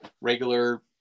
regular